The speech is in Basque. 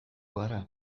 gara